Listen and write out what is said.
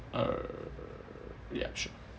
uh reaction